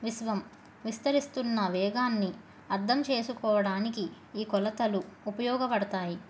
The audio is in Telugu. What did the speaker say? విశ్వం విస్తరిస్తున్న వేగాన్ని అర్థం చేసుకోవడానికి ఈ కొలతలు ఉపయోగపడతాయి